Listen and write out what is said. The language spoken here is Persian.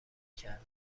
کرد